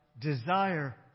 desire